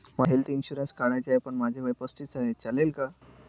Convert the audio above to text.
मला health insurance काढायचा आहे पण माझे वय पस्तीस आहे, चालेल का?